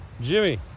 Jimmy